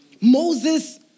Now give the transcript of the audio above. Moses